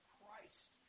Christ